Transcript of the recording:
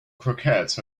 croquettes